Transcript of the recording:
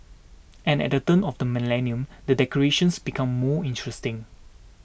and at the turn of the millennium the decorations become more interesting